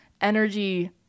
energy